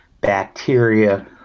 bacteria